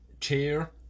chair